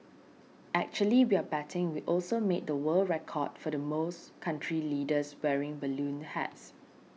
actually we're betting we also made the world record for the most country leaders wearing balloon hats